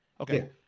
Okay